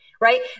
right